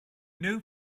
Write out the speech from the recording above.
new